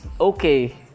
okay